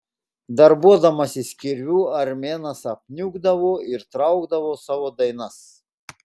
darbuodamasis kirviu armėnas apniukdavo ir traukdavo savo dainas